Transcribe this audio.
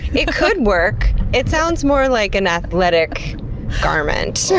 it could work. it sounds more like an athletic garment.